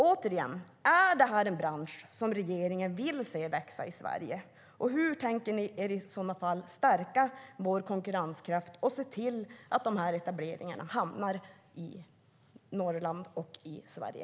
Återigen: Är det här en bransch som regeringen vill se växa i Sverige? Och hur tänker ni er, i så fall, att man ska stärka vår konkurrenskraft och se till att de här etableringarna hamnar i Norrland och i Sverige?